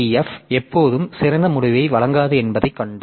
F எப்போதும் சிறந்த முடிவை வழங்காது என்பதை கண்டோம்